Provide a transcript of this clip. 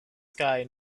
sky